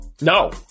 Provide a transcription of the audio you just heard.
No